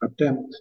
attempt